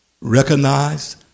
recognize